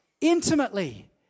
Intimately